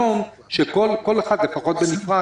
שכל אחד בנפרד?